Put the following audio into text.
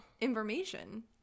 information